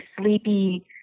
sleepy